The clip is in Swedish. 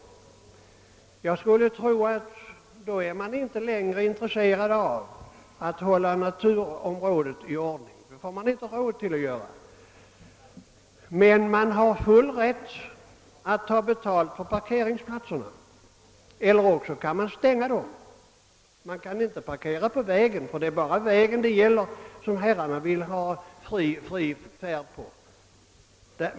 Jag skulle tro att då är vederbörande inte längre intresserade av att hålla naturområdet i ordning. Det får de inte råd till. Man har full rätt att ta betalt för parkeringsplatserna, och man har också rätt att stänga dem. Man kan inte parkera på vägen, och det är bara på vägen som herrarna vill ha fri färd.